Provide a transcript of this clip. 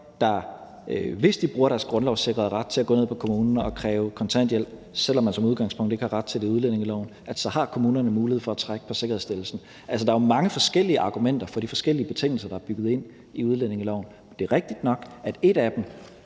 hvis folk bruger deres grundlovssikrede ret til at gå ned på kommunen og kræve kontanthjælp, selv om man som udgangspunkt ikke har ret til det i udlændingeloven, har mulighed for at trække på sikkerhedsstillelsen. Altså, der er jo mange forskellige argumenter for de forskellige betingelser, der er bygget ind i udlændingeloven. Det er rigtigt nok, at et af